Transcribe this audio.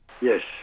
Yes